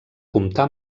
comptar